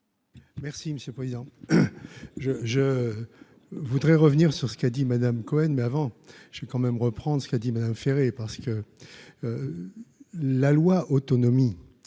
Merci monsieur le président je je voudrais revenir sur ce qu'a dit Madame Cohen, mais avant je suis quand même reprendre ce qu'a dit Madame Ferré, parce que la loi autonomie